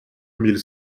mille